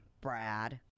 Brad